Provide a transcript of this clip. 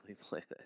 Planet